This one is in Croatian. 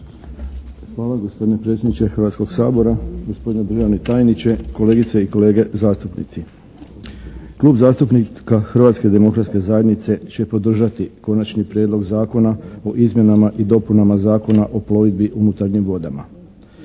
Hvala gospodine predsjedniče Hrvatskog sabora, gospodine državni tajniče, kolegice i kolege zastupnici. Klub zastupnika Hrvatske demokratske zajednice će podržati Konačni prijedlog zakona o izmjenama i dopunama Zakona o plovidbi unutarnjim vodama.